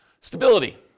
Stability